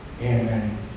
Amen